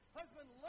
husband